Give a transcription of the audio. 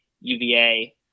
UVA